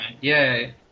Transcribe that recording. Yay